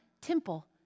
temple